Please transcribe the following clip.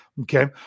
Okay